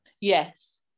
Yes